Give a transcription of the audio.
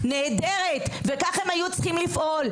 נהדרת וכך הם היו צריכים לפעול.